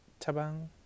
Tabang